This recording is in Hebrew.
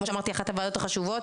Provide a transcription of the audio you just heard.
כמו שאמרתי אחת הבעיות החשובות,